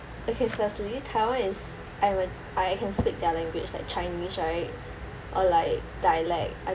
okay firstly taiwan is I went I can speak their language like chinese right or like dialect I